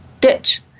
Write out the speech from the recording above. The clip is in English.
ditch